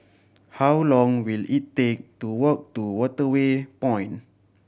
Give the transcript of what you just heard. how long will it take to walk to Waterway Point